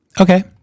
Okay